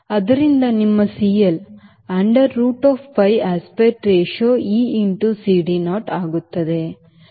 ಆದ್ದರಿಂದ ನಿಮ್ಮCL under root of pi aspect ratio e into CD naught